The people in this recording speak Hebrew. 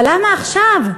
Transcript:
אבל למה עכשיו?